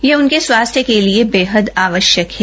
यह उनके स्वास्थ्य के लिए बेहद आवश्यक है